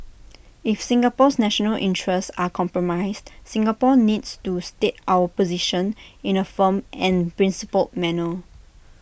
if Singapore's national interests are compromised Singapore needs to state our position in A firm and principled manner